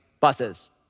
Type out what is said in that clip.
buses